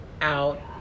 out